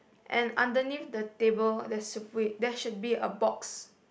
and underneath the table there's a wait there should be a box